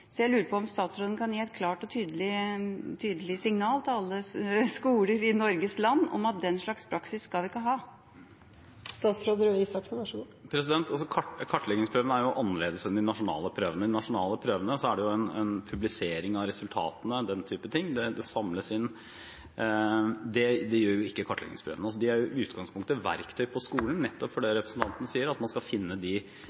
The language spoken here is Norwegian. Jeg lurer på om statsråden kan gi et klart og tydelig signal til alle skoler i Norges land om at den slags praksis skal vi ikke ha. Kartleggingsprøvene er annerledes enn de nasjonale prøvene. Ved de nasjonale prøvene blir resultatene publisert. Det gjør vi ikke ved kartleggingsprøvene. De er i utgangspunktet et verktøy for at skolen, som representanten sier, skal finne – som en tommelfingerregel – de 20 pst. av elevene som sliter ekstra. Det er ikke slik at man skal øve på